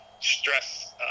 stress